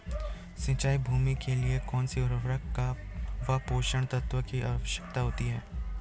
सिंचित भूमि के लिए कौन सी उर्वरक व पोषक तत्वों की आवश्यकता होती है?